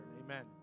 Amen